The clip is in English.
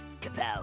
Capel